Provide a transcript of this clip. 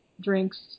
drinks